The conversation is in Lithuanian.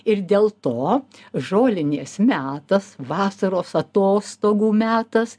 ir dėl to žolinės metas vasaros atostogų metas